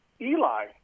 Eli